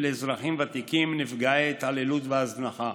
ולאזרחים ותיקים נפגעי התעללות והזנחה: